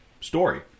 story